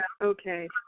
okay